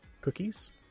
cookies